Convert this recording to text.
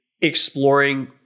exploring